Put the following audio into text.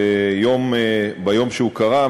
ביום שהוא קרה,